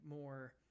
more